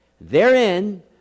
Therein